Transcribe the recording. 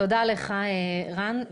תודה לך, רן.